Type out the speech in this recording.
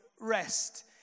rest